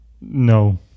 No